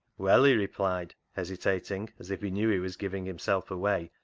well, he replied, hesitating as if he knew he was giving himself away,